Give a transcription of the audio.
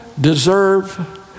deserve